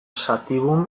sativum